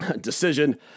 decision